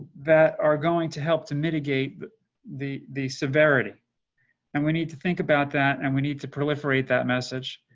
that are going to help to mitigate the the severity and we need to think about that and we need to proliferate that message.